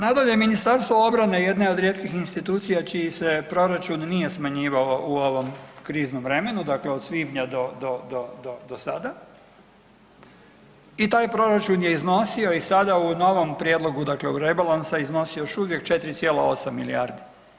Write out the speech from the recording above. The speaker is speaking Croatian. Nadalje Ministarstvo obrane jedna je od rijetkih institucija čiji se proračun nije smanjivao u ovom kriznom vremenu, dakle od svibnja do sada i taj proračun je iznosio i sada u novom prijedlogu dakle ovog rebalansa iznosi još uvijek 4,8 milijardi.